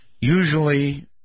usually